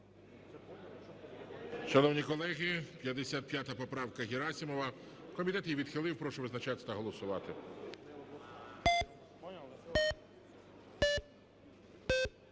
Шановні колеги, 55 поправка Герасимова. Комітет її відхилив. Прошу визначатися та голосувати.